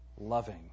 loving